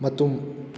ꯃꯇꯨꯝ